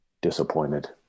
disappointed